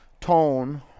tone